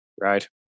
right